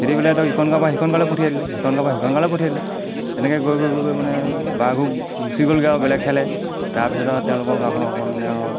খেদি পেলাই ধৰক ইখন গাঁৱৰপৰা সিখন গাঁৱলৈ পঠিয়াই দিলে সিখন গাঁৱৰপা সিখন গাঁৱলৈ পঠিয়াই দিলে তেনেকৈ গৈ গৈ গৈ গৈ মানে বাঘো গুচি গ'লগৈ আৰু বেলেগ ঠাইলৈ তাৰপিছতে তেওঁলোকৰ গাঁওখন অকণমান মানে